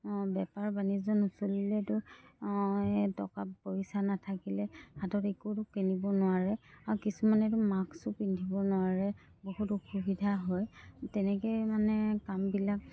বেপাৰ বাণিজ্য নচলিলেতো টকা পইচা নাথাকিলে হাতত একোতো কিনিব নোৱাৰে আৰু কিছুমানতো মাক্সো পিন্ধিব নোৱাৰে বহুত অসুবিধা হয় তেনেকৈ মানে কামবিলাক